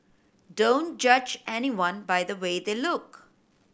don't judge anyone by the way they look